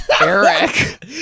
eric